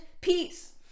peace